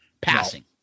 Passing